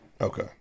Okay